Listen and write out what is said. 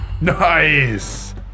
Nice